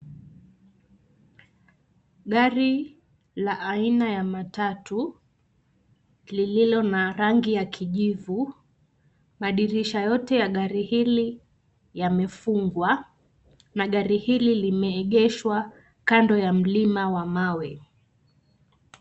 Gari la aina ya matatu lililo na rangi ya kijivu, madirisha yote ya gari hili yamefungwa na gari hili limeegeshwa kando ya mlima wa mawe.